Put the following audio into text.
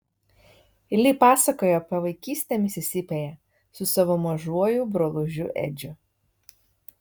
li pasakojo apie vaikystę misisipėje su savo mažuoju brolužiu edžiu